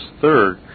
Third